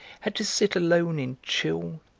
had to sit alone in chill,